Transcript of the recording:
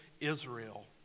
Israel